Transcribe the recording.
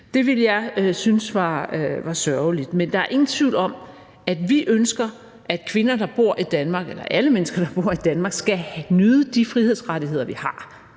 Det ville jeg synes var sørgeligt. Men der er ingen tvivl om, at vi ønsker, at kvinder, der bor i Danmark – eller alle mennesker, der bor i Danmark – skal nyde de frihedsrettigheder, vi har,